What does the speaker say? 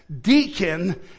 deacon